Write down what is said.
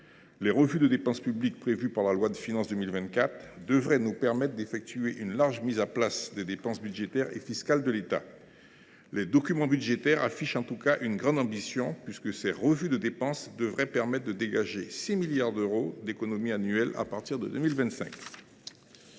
Les revues de dépenses publiques prévues par la loi de finances pour 2024 devraient nous permettre d’effectuer une large remise à plat des dépenses budgétaires et fiscales de l’État. Les documents budgétaires affichent à ce titre une grande ambition, puisque ces procédures devraient permettre de dégager 6 milliards d’euros d’économies annuelles à partir de 2025.